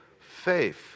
faith